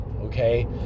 Okay